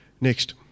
Next